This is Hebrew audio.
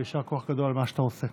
ויישר כוח גדול על מה שאתה עושה.